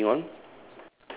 so moving on